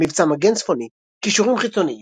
מבצע מגן צפוני קישורים חיצוניים